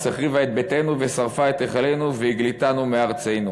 החריבה את ביתנו ושרפה את היכלנו והגליתנו מארצנו.